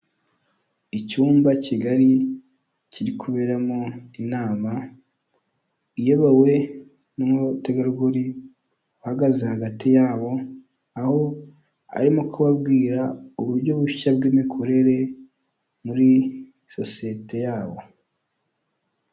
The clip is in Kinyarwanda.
Icyumba kigari, kiri kuberamo inama, iyobowe n'umutegarugori uhagaze hagati yabo, aho arimo kubabwira uburyo bushya bw'imikorere muri sosiyete yabo.